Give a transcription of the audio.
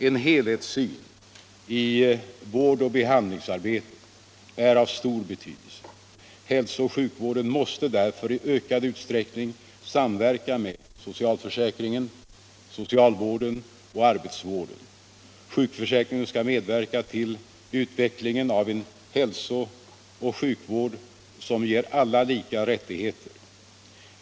En helhetssyn i vårdoch behandlingsarbetet är av stor betydelse. Hälsooch sjukvården måste därför i ökad utsträckning samverka med socialförsäkringen, socialvården och arbetsvården. Sjukförsäkringen skall medverka till utvecklingen av en hälsooch sjukvård som ger alla lika rättigheter.